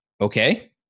Okay